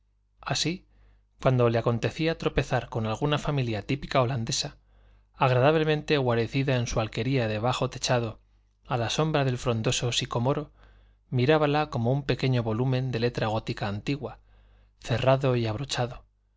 así cuando le acontecía tropezar con alguna familia típica holandesa agradablemente guarecida en su alquería de bajo techado a la sombra del frondoso sicomoro mirábala como un pequeño volumen de letra gótica antigua cerrado y abrochado